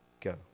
go